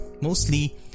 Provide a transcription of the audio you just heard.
mostly